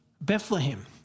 Bethlehem